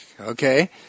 Okay